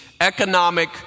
economic